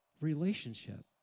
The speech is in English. relationship